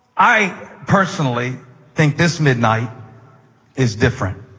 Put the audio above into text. i personally think this midnight is different.